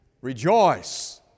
Rejoice